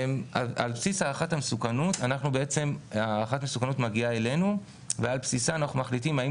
הערכת המסוכנות מגיעה אלינו ואנחנו מחליטים האם